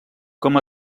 com